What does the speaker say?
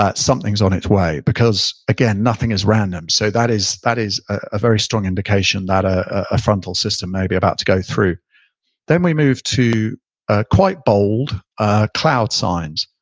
something's on its way because again, nothing is random. so, that is that is a very strong indication that ah a frontal system may be about to go through then we move to ah quite bold ah cloud signs.